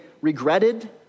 regretted